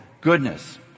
goodness